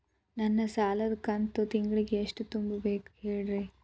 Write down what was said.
ನನ್ನ ಸಾಲದ ಕಂತು ತಿಂಗಳ ಎಷ್ಟ ತುಂಬಬೇಕು ಹೇಳ್ರಿ?